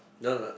no no